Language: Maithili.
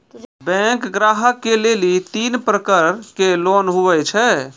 बैंक ग्राहक के लेली तीन प्रकर के लोन हुए छै?